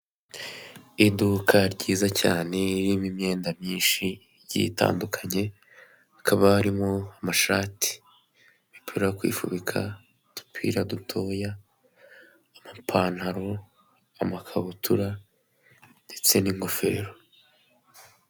Iduka ryiza cyane ririmo imyenda myinshi igiye itandukanye hakaba harimo amashati, imipira yo kwifubika, udupira dutoya, amapantaro, ama kabutura ndetse n'ingofero.